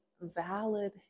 valid